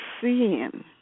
seeing